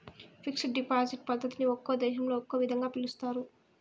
fixed deposit పద్ధతిని ఒక్కో దేశంలో ఒక్కో విధంగా పిలుస్తారు